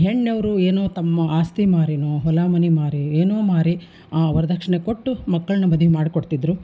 ಹೆಣ್ಣಿನವ್ರು ಏನು ತಮ್ಮ ಆಸ್ತಿ ಮಾರಿಯೋ ಹೊಲ ಮನೆ ಮಾರಿ ಏನೋ ಮಾರಿ ಆ ವರದಕ್ಷ್ಣೆ ಕೊಟ್ಟು ಮಕ್ಕಳನ್ನ ಮದಿ ಮಾಡಿ ಕೊಡ್ತಿದ್ದರು